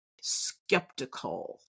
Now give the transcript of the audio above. skeptical